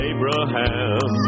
Abraham